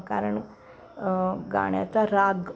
कारण गाण्याचा राग